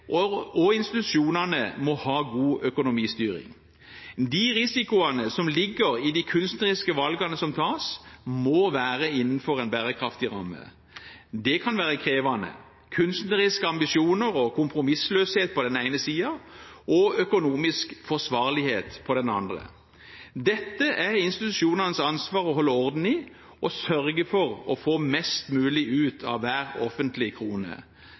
og institusjonene må ha god økonomistyring. De risikoene som ligger i de kunstneriske valgene som tas, må være innenfor en bærekraftig ramme. Det kan være krevende – kunstneriske ambisjoner og kompromissløshet på den ene siden og økonomisk forsvarlighet på den andre. Dette er institusjonenes ansvar å holde orden på og å sørge for å få mest mulig ut av hver offentlig krone.